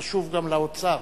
שחשוב גם לאוצר.